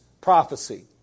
prophecy